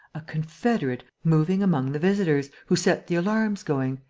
a confederate, moving among the visitors, who set the alarms going.